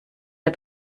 der